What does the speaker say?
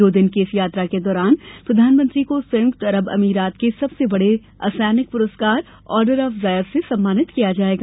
दो दिन की इस यात्रा के दौरान प्रधानमंत्री को संयुक्त अरब अमीरात के सबसे बड़े असैनिक पुरस्कार ऑर्डर ऑफ जायद से सम्मानित किया जाएगा